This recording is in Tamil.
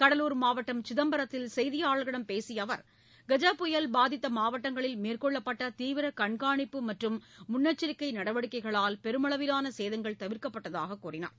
கடலூர் மாவட்டம் சிதம்பரத்தில் செய்தியாளர்களிடம் பேசிய அவர் கஜா புயல் பாதித்த மாவட்டங்களில் மேற்கொள்ளப்பட்ட தீவிர கண்காணிப்பு மற்றும் முன்னெச்சரிக்கை நடவடிக்கைகளால் பெருமளவிலான சேதங்கள் தவிர்க்கப்பட்டதாக கூறினார்